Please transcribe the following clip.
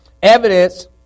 Evidence